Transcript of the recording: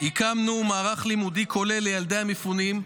------- הקמנו מערך לימודי כולל לילדי המפונים,